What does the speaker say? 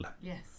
Yes